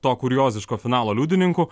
to kurioziško finalo liudininkų